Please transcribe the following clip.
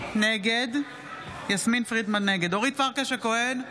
נגד אורית פרקש הכהן,